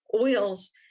oils